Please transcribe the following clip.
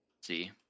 see